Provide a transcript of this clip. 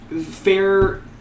fair